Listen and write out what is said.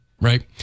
right